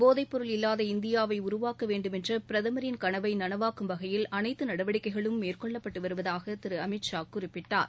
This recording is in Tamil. போதைப்பொருள் இல்லாத இந்தியாவை உருவாக்க வேண்டுமென்ற பிரதமின் கனவை நனவாக்கும் வகையில் அனைத்து நடவடிக்கைகளும் மேற்கொள்ளப்பட்டு வருவதாக திரு அமித்ஷா குறிப்பிட்டார்